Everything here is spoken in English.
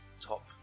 top